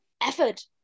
effort